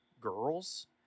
girls